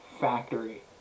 factory